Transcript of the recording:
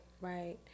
right